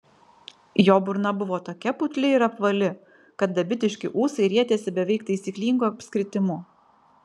jo burna buvo tokia putli ir apvali kad dabitiški ūsai rietėsi beveik taisyklingu apskritimu